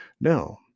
Now